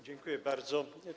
Dziękuję bardzo.